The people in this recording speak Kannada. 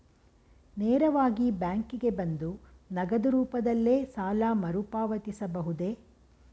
ನೇರವಾಗಿ ಬ್ಯಾಂಕಿಗೆ ಬಂದು ನಗದು ರೂಪದಲ್ಲೇ ಸಾಲ ಮರುಪಾವತಿಸಬಹುದೇ?